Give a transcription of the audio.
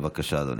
בבקשה, אדוני.